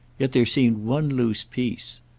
yet there seemed one loose piece.